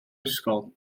ysgol